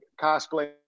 cosplay